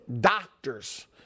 doctors